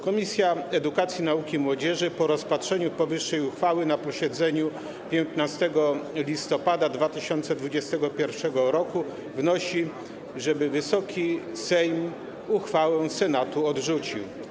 Komisja Edukacji, Nauki i Młodzieży po rozpatrzeniu powyższej uchwały na posiedzeniu 15 listopada 2021 r. wnosi, żeby Wysoki Sejm uchwałę Senatu odrzucił.